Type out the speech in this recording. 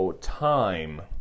time